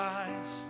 eyes